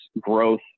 growth